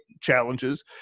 challenges